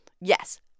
Yes